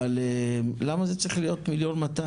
אבל למה זה צריך להיות 1.2 מיליון?